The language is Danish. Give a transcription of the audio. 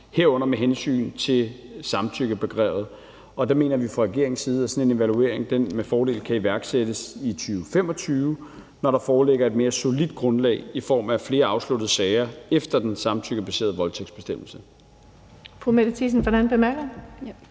herunder med hensyn til samtykkebegrebet. Og der mener vi fra regeringens side, at sådan en evaluering med fordel kan iværksættes i 2025, når der foreligger et mere solidt grundlag i form af flere afsluttede sager efter den samtykkebaserede voldtægtsbestemmelse.